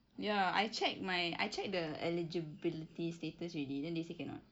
ya I checked my I checked the eligibility status already then they say cannot